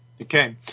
Okay